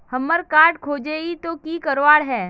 हमार कार्ड खोजेई तो की करवार है?